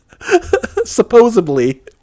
Supposedly